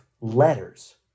letters